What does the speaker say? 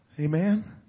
Amen